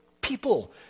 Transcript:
People